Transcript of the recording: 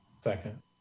Second